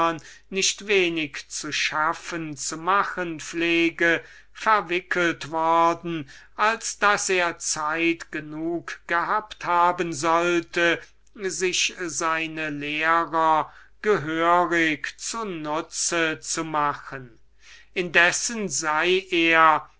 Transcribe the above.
nicht wenig zu schaffen mache verwickelt worden als daß er zeit genug gehabt haben sollte sich seine lehrmeister zu nutzen zu machen indessen sei er